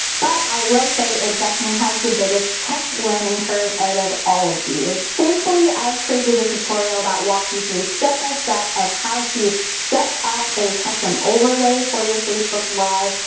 but i will say it definitely has the biggest tech learning curve out of all of these. thankfully, i've created a tutorial that walks you through step-by-step of how to set up a custom overlay for your facebook live,